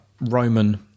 roman